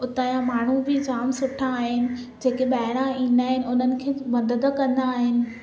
हुता जा माण्हूं बि जाम सुठा आहिनि जेके ॿाहिरां ईंदा आहिनि उन्हनि खे मदद कंदा आहिनि